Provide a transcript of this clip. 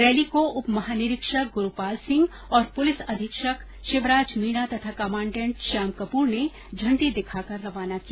rally को उप महानिरीक्षक गुरूपाल सिंह और पुलिस अधीक्षक शिवराज मीणा तथा कमाडेंट श्याम कपूर ने झंडी दिखाकर रवाना किया